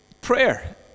prayer